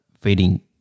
feeding